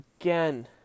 again